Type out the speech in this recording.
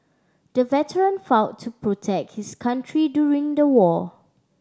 the veteran fought to protect his country during the war